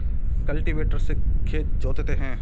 cultivator से खेत जोतते हैं